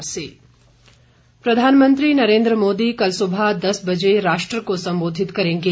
PM सम्बोधन प्रधानमंत्री नरेन्द्र मोदी कल सुबह दस बजे राष्ट्र को सम्बोधित करेंगे